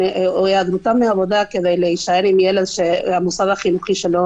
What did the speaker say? היעדרותם בעבודה כדי להישאר עם ילד כי מסגרת החינוך שלו